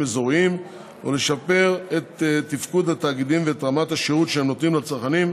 אזוריים ולשפר את תפקוד התאגידים ואת רמת השירות שהם נותנים לצרכנים,